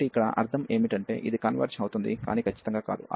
కాబట్టి ఇక్కడ అర్థం ఏమిటంటే ఇది కన్వర్జ్ అవుతుంది కానీ ఖచ్చితంగా కాదు